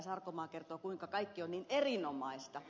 sarkomaa kertoo kuinka kaikki on niin erinomaista